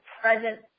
present